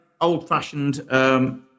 old-fashioned